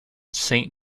saint